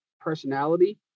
personality